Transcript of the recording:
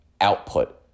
output